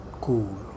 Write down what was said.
cool